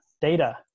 data